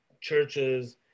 churches